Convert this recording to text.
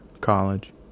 college